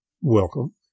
welcome